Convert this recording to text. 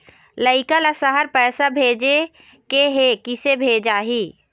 लइका ला शहर पैसा भेजें के हे, किसे भेजाही